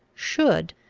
should,